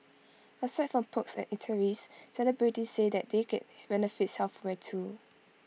aside from perks at eateries celebrities say that they get benefits elsewhere too